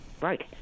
Right